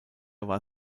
war